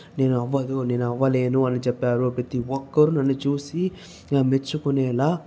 నేను అవ్వదు నేను అవ్వలేను అని చెప్పారో ప్రతి ఒక్కరు నన్ను చూసి మెచ్చుకునేలా